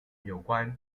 有关